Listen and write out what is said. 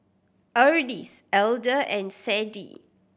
Ardyce Elder and Sadie